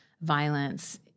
violence